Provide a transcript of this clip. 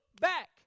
back